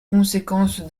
conséquence